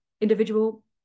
individual